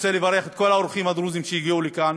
רוצה לברך את כל האורחים הדרוזים שהגיעו לכאן,